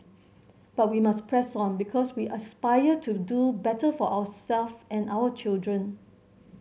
but we must press on because we aspire to do better for ourself and our children